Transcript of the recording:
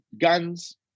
guns